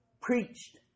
preached